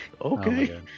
Okay